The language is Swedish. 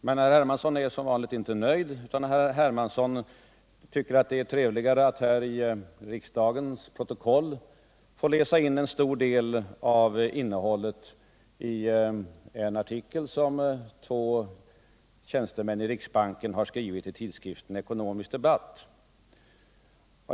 Men herr Hermansson är som vanligt inte nöjd utan tycker det är trevligare att till riksdagens protokoll få läsa in en stor del av innehållet i en artikel som två tjänstemän i riksbanken har skrivit i tidskriften Ekonomisk Debatt.